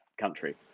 country